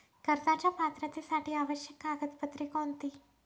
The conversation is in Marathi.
कर्जाच्या पात्रतेसाठी आवश्यक कागदपत्रे कोणती?